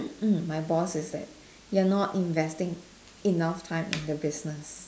mm my boss is that you're not investing enough time in the business